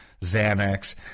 Xanax